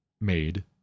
made